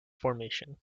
formation